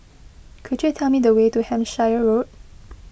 could you tell me the way to Hampshire Road